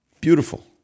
beautiful